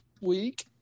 week